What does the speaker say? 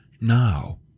now